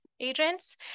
agents